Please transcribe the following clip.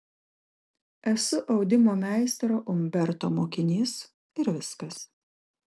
esu audimo meistro umberto mokinys ir viskas